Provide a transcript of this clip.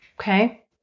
okay